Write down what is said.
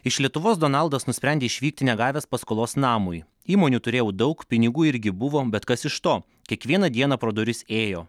iš lietuvos donaldas nusprendė išvykti negavęs paskolos namui įmonių turėjau daug pinigų irgi buvo bet kas iš to kiekvieną dieną pro duris ėjo